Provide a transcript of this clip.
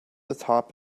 atop